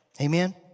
Amen